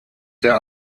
der